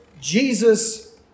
Jesus